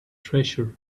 treasure